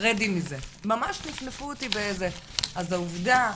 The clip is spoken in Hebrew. רדי מזה, ממש נפנפו אותי, אז העובדה,